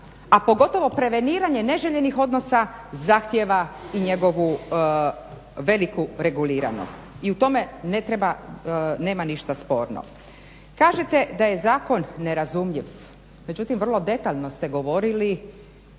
a pogotovo preveniranje neželjenih odnosa zahtjeva i njegovu veliku reguliranost. I u tome nema ništa sporno. Kažete da je zakon nerazumljiv. Međutim, vrlo detaljno ste govorili.